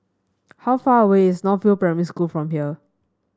how far away is North View Primary School from here